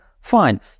Fine